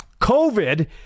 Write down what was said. COVID